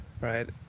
right